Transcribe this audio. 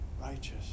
righteous